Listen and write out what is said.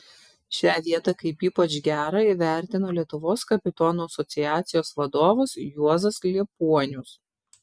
šią vietą kaip ypač gerą įvertino lietuvos kapitonų asociacijos vadovas juozas liepuonius